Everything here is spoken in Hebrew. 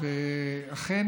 אכן